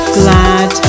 glad